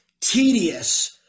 tedious